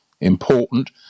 important